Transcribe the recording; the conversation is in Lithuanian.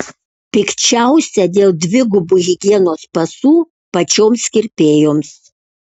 pikčiausia dėl dvigubų higienos pasų pačioms kirpėjoms